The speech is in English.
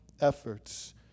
efforts